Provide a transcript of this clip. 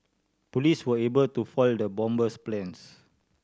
police were able to foil the bomber's plans